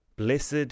Blessed